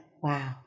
wow